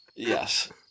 yes